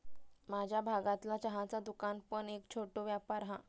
माझ्या भागतला चहाचा दुकान पण एक छोटो व्यापार हा